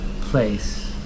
place